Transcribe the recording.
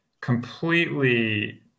completely